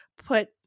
put